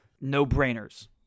no-brainers